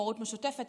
הורות משותפת,